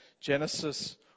Genesis